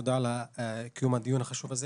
תודה על קיום הדיון החשוב הזה.